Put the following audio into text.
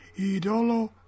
Idolo